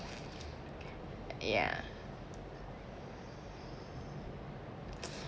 ya